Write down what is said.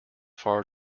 far